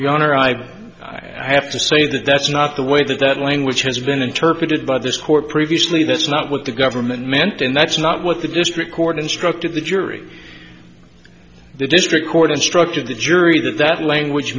honor i have to say that that's not the way that that language has been interpreted by this court previously that's not what the government meant and that's not what the district court instructed the jury the district court instructed the jury that that language